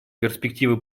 перспективы